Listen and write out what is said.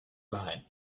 line